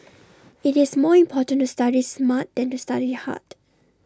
IT is more important to study smart than to study hard